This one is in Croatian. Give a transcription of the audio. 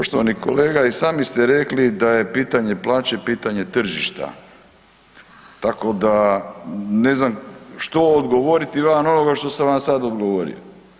Poštovani kolega i sami ste rekli da je pitanje plaće, pitanje tržišta, tako da ne znam što odgovoriti van onoga što sam vam sad odgovorio.